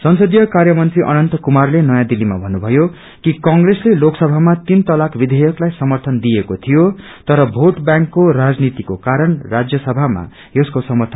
संसदीय कार्य मंत्री अन्नत कुमारले नयाँ दिल्लीमा भन्नुभयो कि कंग्रसले लोकसभामा तीन तलाक विषेयक लाई सर्मथनदिएको थियो तर भोट बैंकको राजनीतिको कारण राज्यसभामा यसको समथ